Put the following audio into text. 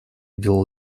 делал